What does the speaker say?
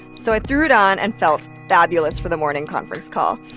so i threw it on and felt fabulous for the morning conference call.